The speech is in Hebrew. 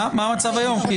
מה המצב היום?